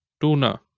Tuna